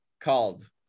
called